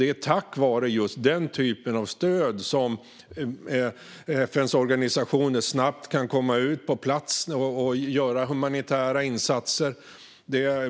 Det är tack vare just denna typ av stöd som FN:s organisationer snabbt kan komma ut på plats och göra humanitära insatser.